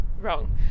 Wrong